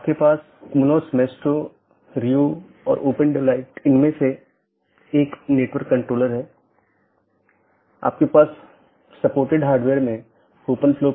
पथ को पथ की विशेषताओं के रूप में रिपोर्ट किया जाता है और इस जानकारी को अपडेट द्वारा विज्ञापित किया जाता है